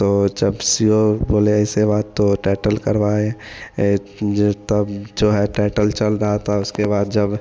तो जब C O बोले ऐसे बात तो टाइटल करवाए ए जो तब जो है टाइटल चल रहा था उसके बाद जब